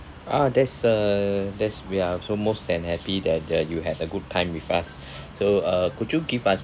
ah that's uh that's we are so most than happy that that you had a good time with us so uh could you give us